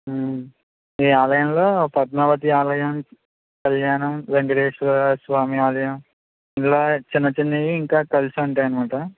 ఈ ఆలయంలో పద్మావతి ఆలయం కళ్యాణం వేంకటేశ్వర స్వామి ఆలయం ఇందులో చిన్న చిన్నవి ఇంకా కలిసి ఉంటాయి అన్నమాట